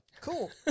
cool